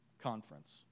Conference